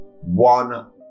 one